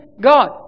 God